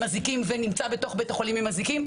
אזיקים ונמצא בתוך בית החולים עם אזיקים,